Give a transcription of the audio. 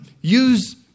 use